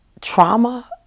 trauma